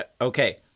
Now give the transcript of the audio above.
Okay